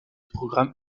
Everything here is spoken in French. programme